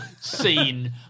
scene